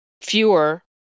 fewer